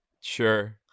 Sure